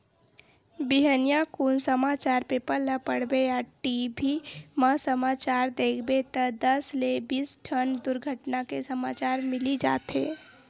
बिहनिया कुन समाचार पेपर ल पड़बे या टी.भी म समाचार देखबे त दस ले बीस ठन दुरघटना के समाचार मिली जाथे